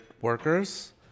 workers